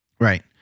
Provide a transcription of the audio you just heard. Right